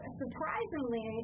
surprisingly